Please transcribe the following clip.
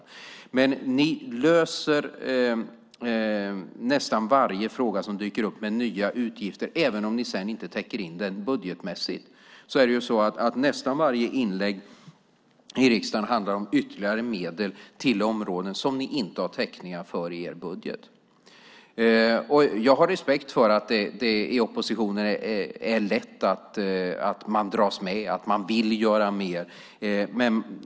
Socialdemokraterna löser nästan varje fråga som dyker upp med nya utgifter även om de sedan inte täcker in det budgetmässigt. Nästan varje inlägg i riksdagen handlar om ytterligare medel till områden som de inte har täckning för i sin budget. Jag har respekt för att det i opposition är lätt att dras med. Man vill göra mer.